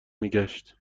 میگشت